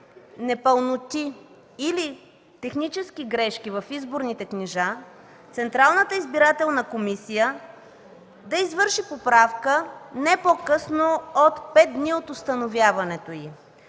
непълноти или технически грешки в изборните книжа, Централната избирателна комисия да извърши поправка не по-късно от 5 дни от установяването им.